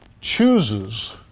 chooses